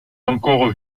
encore